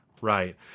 Right